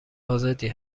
آزادی